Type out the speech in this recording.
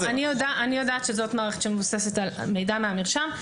אני יודעת שזאת מערכת שמבוססת על מידע מהמרשם.